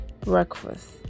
breakfast